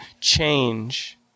change